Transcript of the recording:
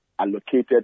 allocated